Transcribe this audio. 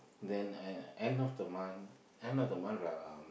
then uh end of the month end of the month uh